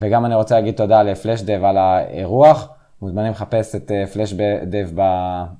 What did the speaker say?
וגם אני רוצה להגיד תודה לפלש דב על האירוח. מוזמנים לחפש את פלש דב ב...